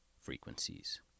frequencies